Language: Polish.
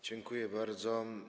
Dziękuję bardzo.